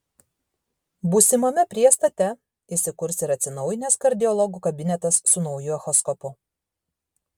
būsimame priestate įsikurs ir atsinaujinęs kardiologų kabinetas su nauju echoskopu